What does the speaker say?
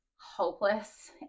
hopeless